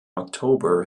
october